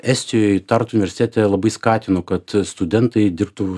estijoj tartu universitete labai skatino kad studentai dirbtų